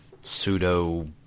pseudo